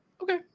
Okay